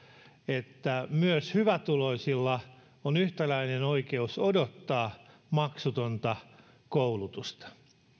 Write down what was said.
että myös hyvätuloisilla on yhtäläinen oikeus odottaa maksutonta koulutusta